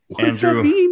Andrew